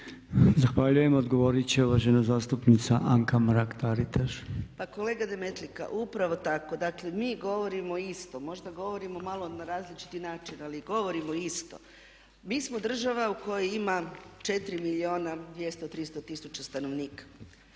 Zahvaljujem. Odgovorit će uvažena zastupnica Anka Mrak-Taritaš. **Mrak-Taritaš, Anka (HNS)** Pa kolega Demetlika upravo tako. Dakle, mi govorimo isto, možda govorimo malo na različiti način ali govorimo isto. Mi smo država u kojoj ima 4 milijuna i 200, 300 tisuća stanovnika.